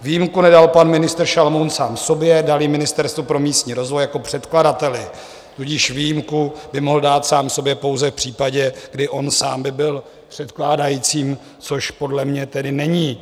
Výjimku nedal pan ministr Šalomoun sám sobě, dal ji Ministerstvu pro místní rozvoj jako předkladateli, tudíž výjimku by mohl dát sám sobě pouze v případě, kdy on sám by byl předkládajícím, což podle mne tedy není.